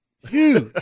Huge